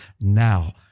Now